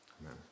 Amen